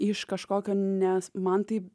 iš kažkokio nes man tai